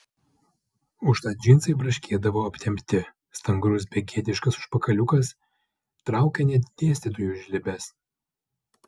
užtat džinsai braškėdavo aptempti stangrus begėdiškas užpakaliukas traukė net dėstytojų žlibes